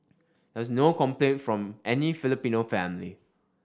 there was no complaint from any Filipino family